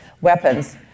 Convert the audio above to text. weapons